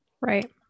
right